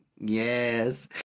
Yes